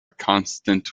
constant